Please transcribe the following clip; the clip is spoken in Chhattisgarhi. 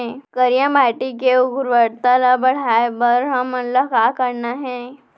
करिया माटी के उर्वरता ला बढ़ाए बर हमन ला का करना हे?